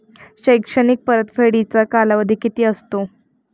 शैक्षणिक परतफेडीचा कालावधी किती असतो?